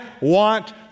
want